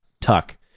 Tuck